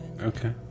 Okay